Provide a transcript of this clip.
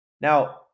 Now